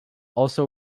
also